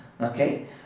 Okay